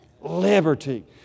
Liberty